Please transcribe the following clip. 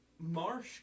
Marsh